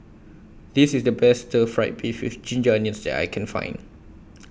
This IS The Best Stir Fried Beef with Ginger Onions that I Can Find